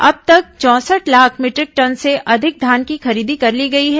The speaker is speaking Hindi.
अब तक चौंसठ लाख मीटरिक टन से अधिक धान की खरीदी कर ली गई है